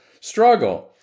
struggle